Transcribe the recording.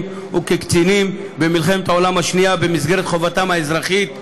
וכקצינים במלחמת העולם השנייה במסגרת חובתם האזרחית במדינותיהם,